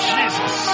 Jesus